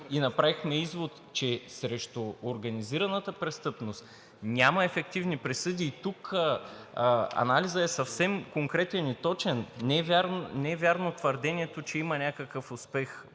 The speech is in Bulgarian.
и направихме извода, че срещу организираната престъпност няма ефективни присъди. И тук анализът е съвсем конкретен и точен. Не е вярно твърдението, че има някакъв успех.